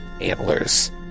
antlers